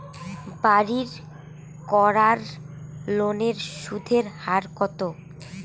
বাড়ির করার লোনের সুদের হার কত?